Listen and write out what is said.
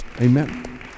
Amen